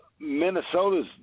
Minnesota's